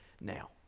Now